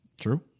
true